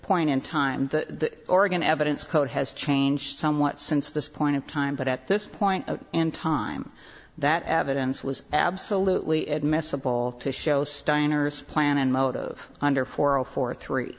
point in time the oregon evidence code has changed somewhat since this point of time but at this point in time that evidence was absolutely admissible to show steiner's plan and mode of under four zero for three